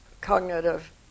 cognitive